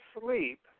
sleep